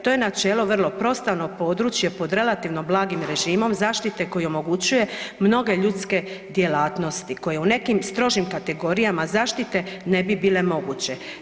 To je načelo vrlo prostrano područje pod relativno blagim režimom zaštite koji omogućuje mnoge ljudske djelatnosti koji u nekim strožim kategorijama zaštite ne bi bile moguće.